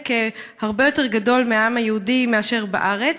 הרבה יותר גדול מהעם היהודי מאשר בארץ,